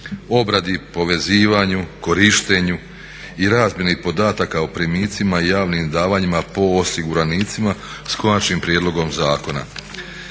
obradi, povezivanju, korištenju i razmjeni podataka o primicima i javnim davanjima po osiguranicima s Konačnim prijedlogom zakona.